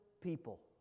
people